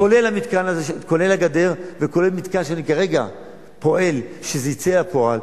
כולל הגדר וכולל מתקן שאני כרגע פועל שיצא לפועל,